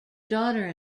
daughter